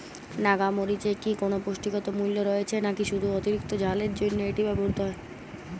নাগা মরিচে কি কোনো পুষ্টিগত মূল্য রয়েছে নাকি শুধু অতিরিক্ত ঝালের জন্য এটি ব্যবহৃত হয়?